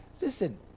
Listen